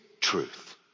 truth